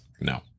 no